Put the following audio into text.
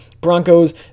broncos